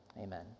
amen